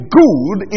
good